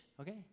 okay